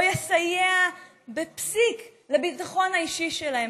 לא יסייע בפסיק לביטחון האישי שלהם.